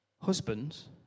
Husbands